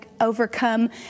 overcome